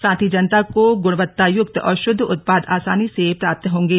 साथ ही जनता को गुणवत्तायुक्त और शुद्ध उत्पाद आसानी से प्राप्त होंगे